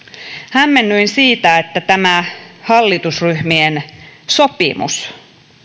hämmennyin siitä että tämä hallitusryhmien sopimus